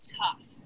tough